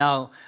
Now